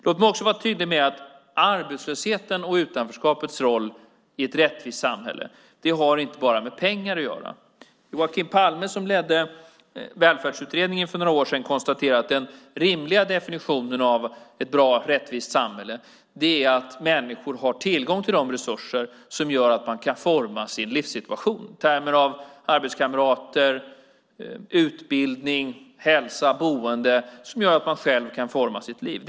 Låt mig också vara tydlig med att arbetslösheten och utanförskapet i ett rättvist samhälle inte bara har med pengar att göra. Joakim Palme som ledde Välfärdsutredningen för några år sedan konstaterade att den rimliga definitionen av ett bra och rättvist samhälle är att människor har tillgång till de resurser som gör att man kan forma sin livssituation. Arbetskamrater, utbildning, hälsa och boende är sådant som gör att man själv kan forma sitt liv.